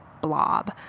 blob